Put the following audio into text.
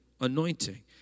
anointing